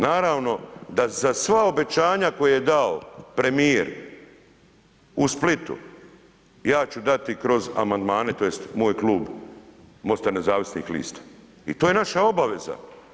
Naravno da za sva obećanja koja je dao premijer u Splitu ja ću dati kroz amandmane tj. moj klub Mosta nezavisnih lista i to je naša obaveza.